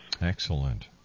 Excellent